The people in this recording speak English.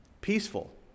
peaceful